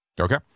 Okay